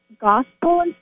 gospel